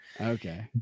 okay